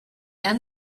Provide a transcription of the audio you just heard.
end